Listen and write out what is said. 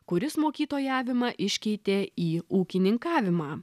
kuris mokytojavimą iškeitė į ūkininkavimą